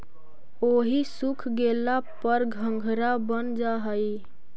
ओहि सूख गेला पर घंघरा बन जा हई